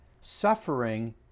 suffering